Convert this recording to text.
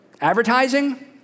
Advertising